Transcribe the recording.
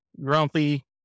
grumpy